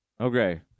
Okay